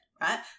right